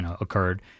occurred